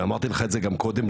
ואמרתי לך את זה גם קודם,